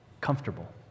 comfortable